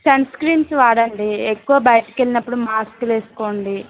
sun screens వాడండి ఎక్కువ బయటకు వెళ్ళినప్పుడు మాస్కులు వేసుకోండి